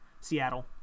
Seattle